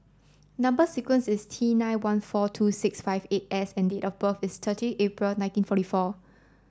number sequence is T nine one four two six five eight S and date of birth is thirty April nineteen forty four